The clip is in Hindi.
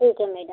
ठीक है मैडम